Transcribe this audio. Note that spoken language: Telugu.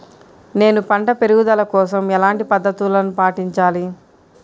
నేను పంట పెరుగుదల కోసం ఎలాంటి పద్దతులను పాటించాలి?